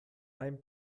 beim